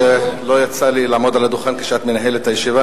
לא יצא לי לעמוד על הדוכן כשאת מנהלת את הישיבה.